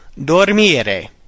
dormire